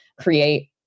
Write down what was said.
create